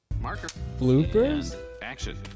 bloopers